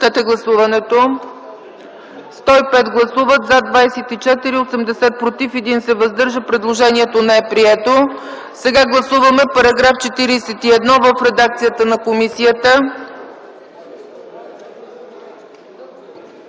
Сега гласуваме § 46 в редакцията на комисията.